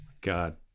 God